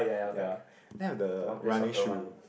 ya then I have the running shoe